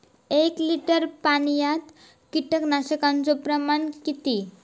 एक लिटर पाणयात कीटकनाशकाचो प्रमाण किती?